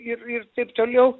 ir ir taip toliau